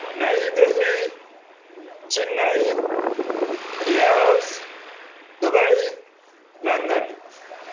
نئی Delhi Chennai Riyadh Dubai London